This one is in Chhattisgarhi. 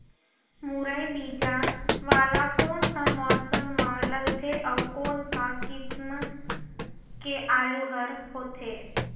मुरई बीजा वाला कोन सा मौसम म लगथे अउ कोन सा किसम के आलू हर होथे?